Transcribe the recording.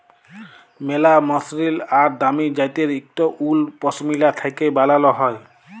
ম্যালা মসরিল আর দামি জ্যাত্যের ইকট উল পশমিলা থ্যাকে বালাল হ্যয়